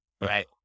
right